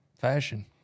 fashion